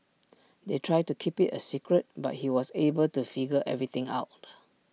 they tried to keep IT A secret but he was able to figure everything out